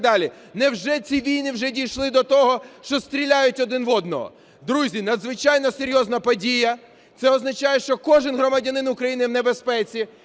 Невже ці війни вже дійшли до того, що стріляють один в одного? Друзі, надзвичайно серйозна подія. Це означає, що кожен громадянин України в небезпеці.